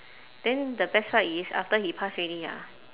then the best part is after he pass already ah